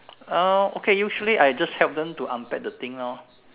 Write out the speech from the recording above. uh okay usually I just help them to unpack the thing lor